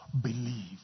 believe